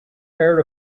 care